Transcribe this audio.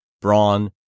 brawn